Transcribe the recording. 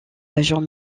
agent